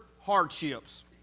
hardships